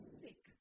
sick